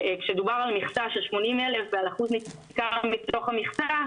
כשדובר על מכסה של 80,000 ועל כמה אחוזים מתוך המכסה,